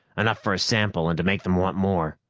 enough for a sample, and to make them want more.